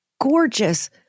gorgeous